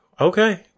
okay